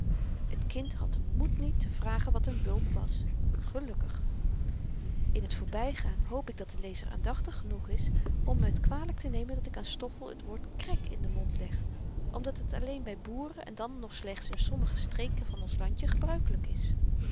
t kind had den moed niet te vragen wat n wulp was gelukkig in t voorbygaan hoop ik dat de lezer aandachtig genoeg is om me t kwalyk te nemen dat ik aan stoffel t woord krek in den mond leg omdat het alleen by boeren en dan nog slechts in sommige streken van ons landje gebruikelyk is